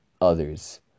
others